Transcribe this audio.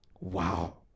Wow